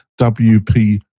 WP